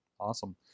Awesome